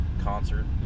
concert